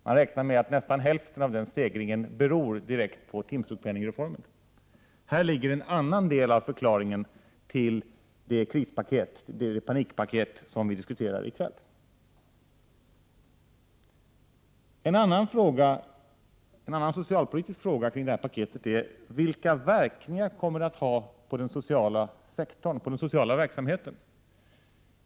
Man räknar med att nästan hälften av den stegringen beror direkt på timsjukpenningreformen. Här ligger en annan del av förklaringen till det panikpaket som vi diskuterar i kväll. Ännu en socialpolitisk fråga kring det här paketet är: Vilka verkningar kommer det att ha på den sociala verksamheten?